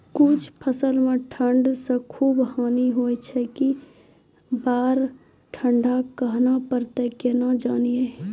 कुछ फसल मे ठंड से खूब हानि होय छैय ई बार ठंडा कहना परतै केना जानये?